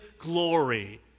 glory